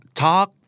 talk